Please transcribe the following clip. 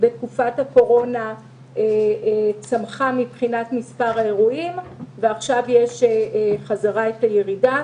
בתקופת הקורונה צמחה מבחינת מספר האירועים ועכשיו יש בחזרה ירידה.